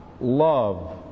love